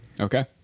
okay